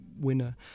Winner